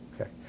Okay